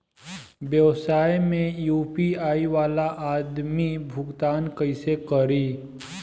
व्यवसाय में यू.पी.आई वाला आदमी भुगतान कइसे करीं?